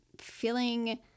feeling